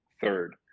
third